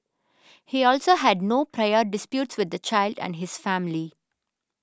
he also had no prior disputes with the child and his family